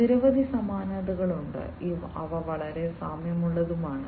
അതിനാൽ നിരവധി സമാനതകളുണ്ട് അവ വളരെ സാമ്യമുള്ളതാണ്